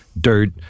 dirt